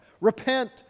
Repent